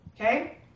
Okay